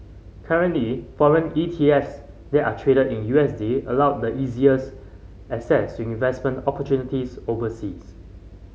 currently foreign E T S that are traded in U S D allow the easiest access to investment opportunities overseas